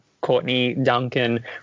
Courtney-Duncan